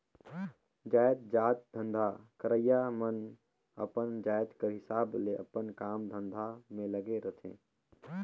जाएतजात धंधा करइया मन अपन जाएत कर हिसाब ले अपन काम धंधा में लगे रहथें